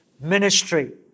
ministry